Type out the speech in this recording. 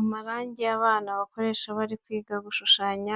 Amarangi abana bakoresha iyo bari kwiga gushushanya,